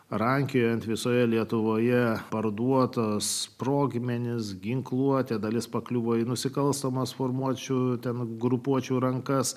rankiojant visoje lietuvoje parduotos sprogmenis ginkluotę dalis pakliuvo į nusikalstamas formuočių ten grupuočių rankas